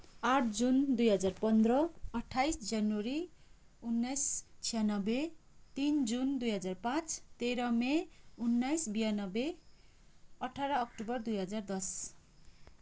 आठ जुन दुई हजार पन्ध्र अठ्ठाइस जनवरी उन्नाइस छियानब्बे तिन जुन दुई हजार पाँच तेह्र मई उन्नाइस बयानब्बे अठार अक्टोबर दुई हजार दस